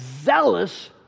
zealous